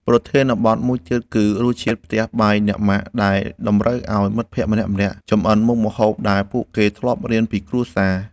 ប្រធានបទមួយទៀតគឺ រសជាតិផ្ទះបាយអ្នកម៉ាក់ ដែលតម្រូវឱ្យមិត្តភក្តិម្នាក់ៗចម្អិនមុខម្ហូបដែលពួកគេធ្លាប់រៀនពីគ្រួសារ។